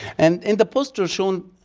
and in the poster shown